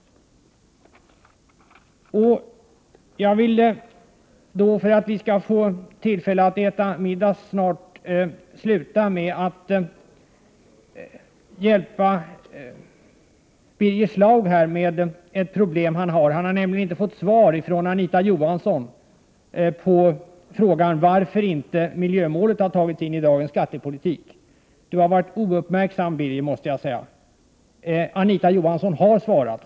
Avslutningsvis vill jag hjälpa Birger Schlaug med ett problem som han har. Han har nämligen inte fått något svar från Anita Johansson på frågan om 125 varför inte miljömålet har tagits med i dagens skattepolitik. Jag måste säga att Birger Schlaug har varit ouppmärksam. Anita Johansson har svarat.